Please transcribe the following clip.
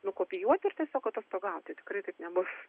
nukopijuoti ir tiesiog atostogauti tikrai taip nebus